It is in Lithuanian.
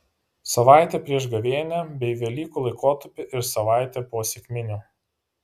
savaitę prieš gavėnią bei velykų laikotarpį ir savaitę po sekminių